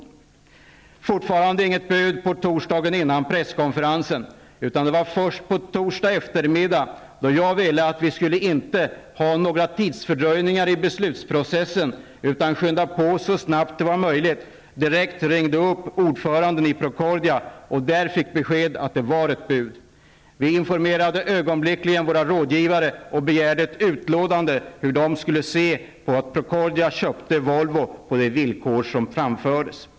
Det fanns fortfarande inget bud på torsdagen före presskonferensen. Jag ville inte ha några tidsfördröjningar i beslutsprocessen, utan ville skynda på så snabbt som möjligt. Därför ringde jag på torsdag eftermiddag direkt upp ordföranden i Procordia. Då fick jag besked att det var ett bud. Vi informerade ögonblickligen våra rådgivare och begärde ett utlåtande om hur de skulle se på att Procordia köpte Volvo på de villkor som framförts.